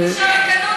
אני לא מרגישה ריקנות,